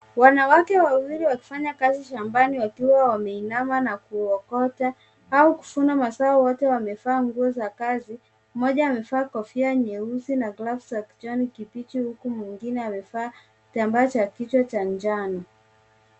Wanawake wawili wakifanya kazi shambani wakiwa ameinama na kuokota au kuvuna mazao. Wote wamevaa nguo za kazi, mmoja amevaa kofia nyeusi na (cs)gloves(cs) za kijani kibichi huku mwingine amevaa kitambaa cha kichwa cha njano.